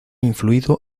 influido